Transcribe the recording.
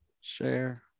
share